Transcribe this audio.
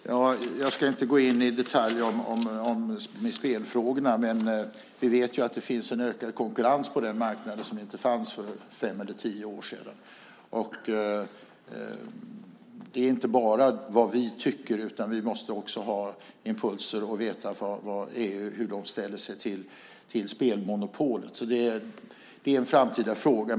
Herr talman! Jag ska inte gå in i detalj om spelfrågorna, men vi vet ju att det finns en ökad konkurrens på den marknaden som inte fanns för fem eller tio år sedan. Det är inte bara vad vi tycker, utan vi måste också ha impulser och veta hur EU ställer sig till spelmonopolet. Det är en framtida fråga.